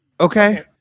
Okay